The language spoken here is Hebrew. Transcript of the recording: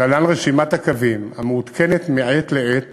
"להלן רשימת הקווים המעודכנת מעת לעת